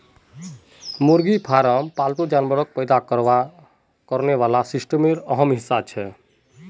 मुर्गी फार्म पालतू जानवर पैदा करने वाला सिस्टमेर अहम हिस्सा छिके